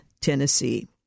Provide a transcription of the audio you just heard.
Tennessee